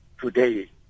today